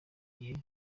igihe